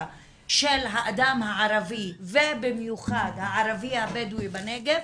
של האדם הערבי ובמיוחד הערבי-הבדואי בנגב